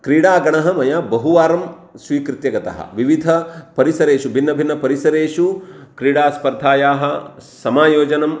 क्रीडागणः मया बहुवारं स्वीकृत्य गतः विविधपरिसरेषु बिन्नभिन्नपरिसरेषु क्रीडास्पर्धायाः समायोजनं